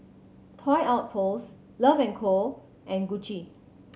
Toy Outpost Love and Co and Gucci